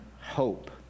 hope